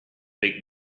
big